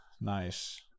Nice